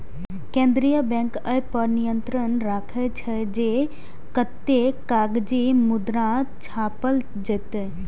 केंद्रीय बैंक अय पर नियंत्रण राखै छै, जे कतेक कागजी मुद्रा छापल जेतै